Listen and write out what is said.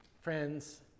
friends